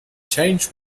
change